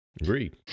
Agreed